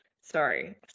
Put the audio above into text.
Sorry